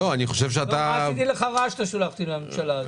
מה עשיתי לך רע שאתה שולח אותי לממשלה הזאת?